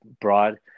broad